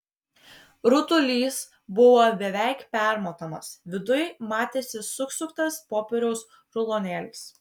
rutulys buvo beveik permatomas viduj matėsi susuktas popieriaus rulonėlis